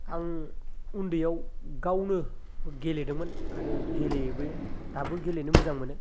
आं उन्दैयाव गावनो गेलेदोंमोन आरो गेलेयोबो दाबो गेलेनो मोजां मोनो